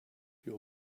your